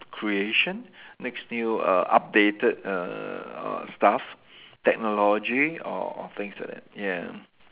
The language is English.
creation next new err updated err stuff technology or things like that yeah